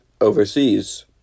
overseas